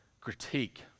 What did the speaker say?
critique